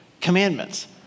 commandments